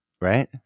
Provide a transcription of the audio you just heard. Right